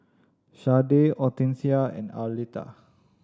Sharday Hortencia and Arletta